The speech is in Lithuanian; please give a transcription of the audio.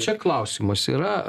čia klausimas yra